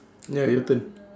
ya your turn